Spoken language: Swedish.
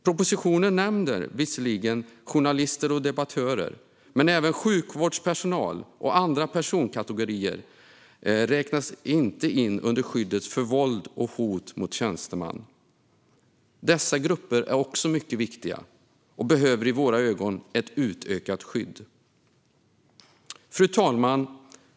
Propositionen nämner visserligen journalister och debattörer, men sjukvårdspersonal och andra personkategorier räknas inte in under skyddet mot våld och hot mot tjänsteman. Dessa grupper är också mycket viktiga och behöver i våra ögon ett utökat skydd. Fru talman!